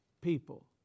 people